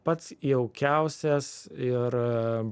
pats jaukiausias ir